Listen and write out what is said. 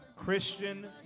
Christian